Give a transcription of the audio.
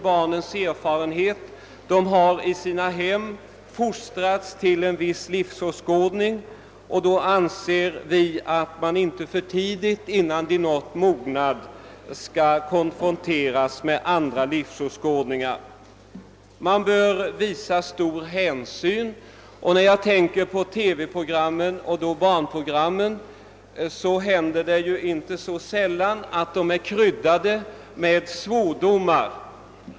Barnen har i sina hem fostrats till en viss livsåskådning, och vi anser att de inte för tidigt, innan de nått mognad, skall konfronteras med andra livsåskådningar. Man bör alltså visa stor hänsyn. Det händer emellertid inte så sällan att barnprogrammen i TV är kryddade med svordomar.